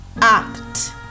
act